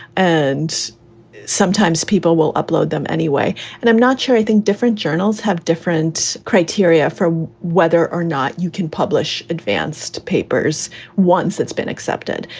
and sometimes people will upload them anyway, and i'm not sure i think different journals have different criteria for whether or not you can publish advanced papers once it's been accepted.